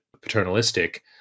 paternalistic